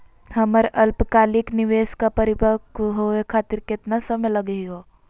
हमर अल्पकालिक निवेस क परिपक्व होवे खातिर केतना समय लगही हो?